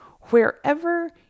wherever